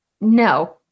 No